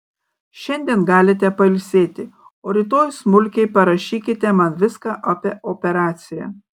šiandien galite pailsėti o rytoj smulkiai parašykite man viską apie operaciją